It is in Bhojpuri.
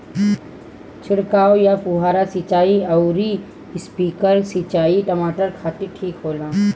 छिड़काव या फुहारा सिंचाई आउर स्प्रिंकलर सिंचाई टमाटर खातिर ठीक होला?